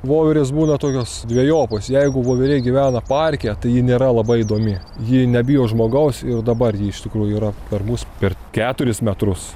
voverės būna tokios dvejopos jeigu voverė gyvena parke tai ji nėra labai įdomi ji nebijo žmogaus ir dabar ji iš tikrųjų yra per mus per keturis metrus